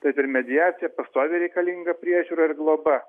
taip ir mediacija pastoviai reikalinga priežiūra ir globa